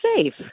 safe